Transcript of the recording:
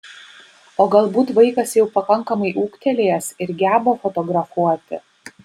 o galbūt vaikas jau pakankamai ūgtelėjęs ir geba fotografuoti